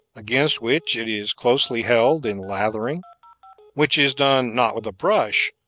against which it is closely held in lathering which is done, not with a brush,